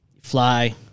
fly